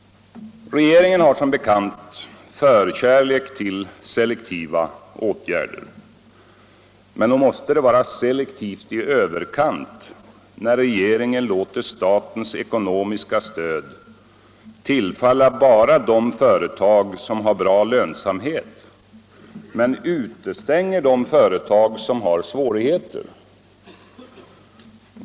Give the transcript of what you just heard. Regeringen har som bekant förkärlek till selektiva åtgärder. Men nog måste det vara selektivt i överkant när regeringen låter statens ekonomiska stöd tillfalla bara de företag som har bra lönsamhet men utestänger de företag som har svårigheter.